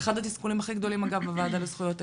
אחד התסכולים הכי גדולים אגב בוועדה לזכויות הילד,